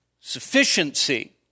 sufficiency